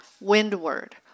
windward